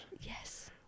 Yes